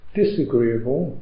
disagreeable